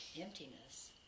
emptiness